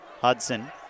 Hudson